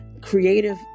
creative